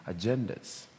agendas